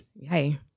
Hey